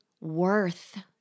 worth